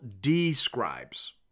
describes